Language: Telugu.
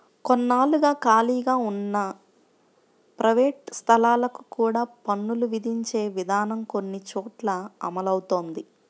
కొన్నాళ్లుగా ఖాళీగా ఉన్న ప్రైవేట్ స్థలాలకు కూడా పన్నులు విధించే విధానం కొన్ని చోట్ల అమలవుతోంది